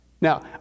now